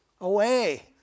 away